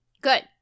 Good